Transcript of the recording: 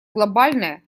глобальное